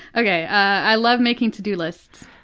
okay, i love making to-do lists.